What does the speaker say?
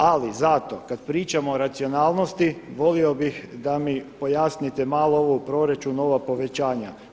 Ali zato kada pričamo o racionalnosti volio bih da mi pojasnite malo ovo u proračunu, ova povećanja.